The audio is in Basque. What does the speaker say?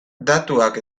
datuak